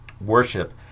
worship